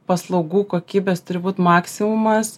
paslaugų kokybės turi būt maksimumas